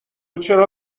چرا